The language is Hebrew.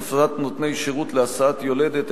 הוספת נותני שירות להסעת יולדת),